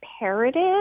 imperative